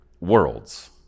worlds